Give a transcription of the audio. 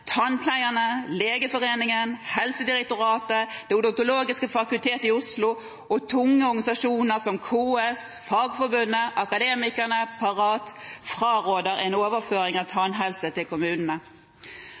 tannpleierne, Legeforeningen, Helsedirektoratet, Det odontologiske fakultet i Oslo og tunge organisasjoner som KS, Fagforbundet, Akademikerne og Parat, fraråder en overføring av